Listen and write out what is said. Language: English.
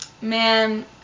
Man